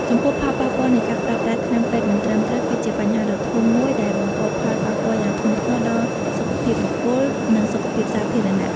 ចំពោះផលប៉ះពាល់នៃការប្រើប្រាស់ថ្នាំពេទ្យមិនត្រឹមត្រូវ គឺជាបញ្ហាដ៏ធំមួយដែលបង្កផលប៉ះពាល់យ៉ាងធ្ងន់ធ្ងរដល់សុខភាពបុគ្គល និងសុខភាពសាធារណៈ ។